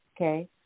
Okay